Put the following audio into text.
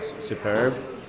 superb